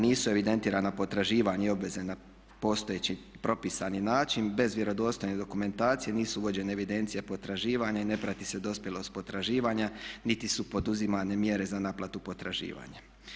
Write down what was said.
Nisu evidentirana potraživanja i obveze na postojeći propisani način, bez vjerodostojne dokumentacije nisu vođene evidencije potraživanja i ne prati se dospjelost potraživanja niti su poduzimane mjere za naplatu potraživanja.